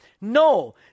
No